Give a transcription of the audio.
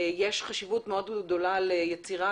ישנה חשיבות גדולה ליצירה,